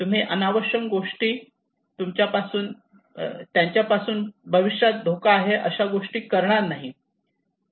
तुम्ही अनावश्यक गोष्टी त्यांच्यापासून भविष्यात धोका आहे अशा गोष्टी करणार नाही